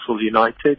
United